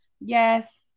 Yes